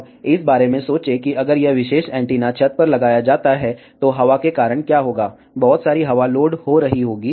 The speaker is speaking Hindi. अब इस बारे में सोचें कि अगर यह विशेष एंटीना छत पर लगाया जाता है तो हवा के कारण क्या होगा बहुत सारी हवा लोड हो रही होगी